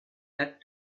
that